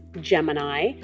Gemini